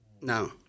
now